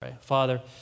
Father